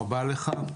תודה רבה לך.